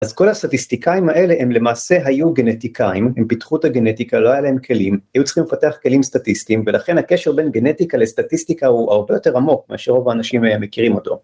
אז כל הסטטיסטיקאים האלה הם למעשה היו גנטיקאים, הם פיתחו את הגנטיקה, לא היה להם כלים, היו צריכים לפתח כלים סטטיסטיים ולכן הקשר בין גנטיקה לסטטיסטיקה הוא הרבה יותר עמוק מאשר רוב האנשים היום מכירים אותו.